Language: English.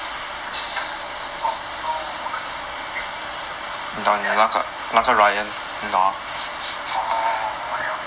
oh so who else with you K I know orh